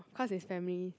cause his family